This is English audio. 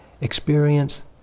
experience